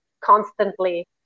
constantly